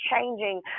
changing